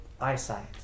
eyesight